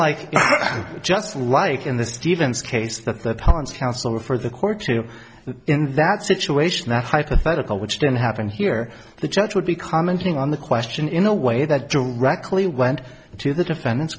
like just like in the stevens case that hans councillor for the court to that situation that hypothetical which didn't happen here the judge would be commenting on the question in a way that directly went to the defendant's